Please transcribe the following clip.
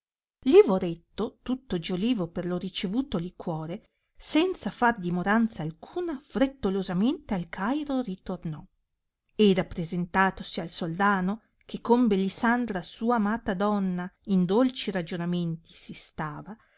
lavoretto tutto giolivo per lo ricevuto liquore senza far dimoranza alcuna frettolosamente al cairo ritornò ed appresentatosi al soldano che con bellisandra sua amata donna in dolci ragionamenti si stava